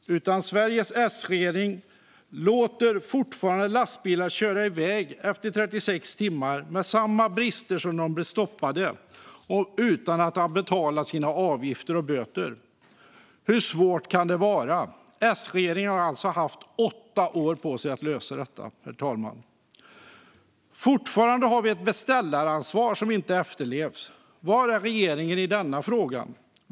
Sveriges S-regering låter fortfarande lastbilar köra iväg efter 36 timmar med samma brister som de hade när de blev stoppade och utan att ha betalat avgifter och böter. Hur svårt kan det vara? S-regeringen har alltså haft åtta år på sig att lösa detta. Fortfarande finns ett beställaransvar som inte efterlevs. Var är regeringen i den frågan?